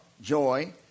joy